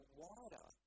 wider